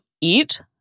eat